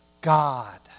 God